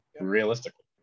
realistically